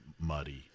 muddy